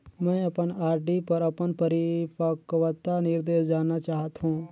मैं अपन आर.डी पर अपन परिपक्वता निर्देश जानना चाहत हों